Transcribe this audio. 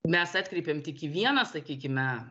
mes atkreipėm tik į vieną sakykime